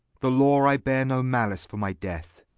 the law i beare no mallice for my death,